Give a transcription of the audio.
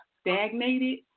stagnated